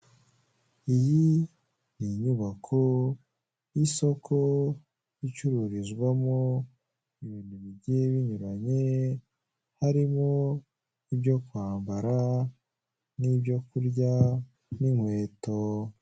Iyi ni inyubako y'isoko icururizwamo ibintu bigiye binyuranye harimo ibyo kwambara n'ibyo kurya n'inkweto.